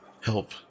help